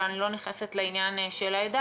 אבל אני לא נכנסת לעניין של העדה,